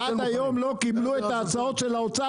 עד היום לא קיבלו את ההצעות של האוצר